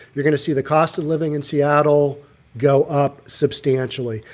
you're going to see the cost of living in seattle go up substantially.